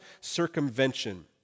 circumvention